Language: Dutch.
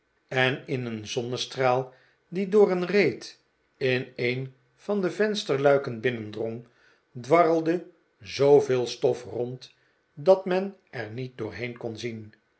en in een zonnestraal die door een reet in een van de vensterluikten binnendrong dwarrelde zooveel stof rond dat men er niet doorheen kon zien